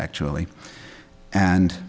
actually and